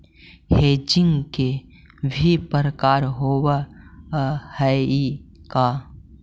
Hedging के भी प्रकार होवअ हई का?